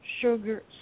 sugar